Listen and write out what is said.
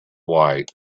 light